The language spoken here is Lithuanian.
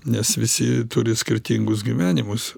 nes visi turi skirtingus gyvenimus